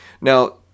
Now